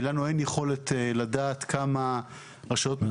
כי לנו אין יכולת לדעת כמה רשויות מקומיות,